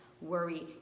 worry